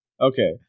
okay